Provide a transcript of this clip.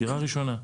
דירה ראשונה?